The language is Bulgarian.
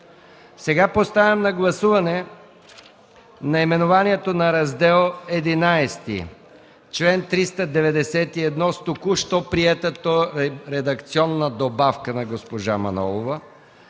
Сега поставям на гласуване наименованието на Раздел ХІ, чл. 391 с току-що приетата редакционна добавка на госпожа Манолова;